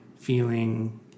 feeling